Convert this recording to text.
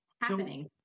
happening